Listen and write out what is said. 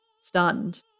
stunned